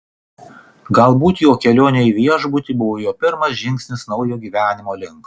galbūt jo kelionė į viešbutį buvo jo pirmas žingsnis naujo gyvenimo link